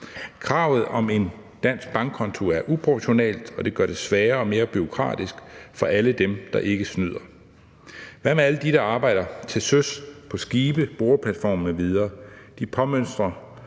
Kravet om en dansk bankkonto er uproportionalt, og det gør det sværere og mere bureaukratisk for alle dem, der ikke snyder. Hvad med alle dem, der arbejder til søs, på skibe, boreplatforme m.v.? De påmønstrer